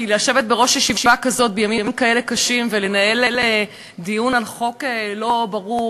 כי לשבת בראש ישיבה כזו בימים כאלה קשים ולנהל דיון על חוק לא ברור,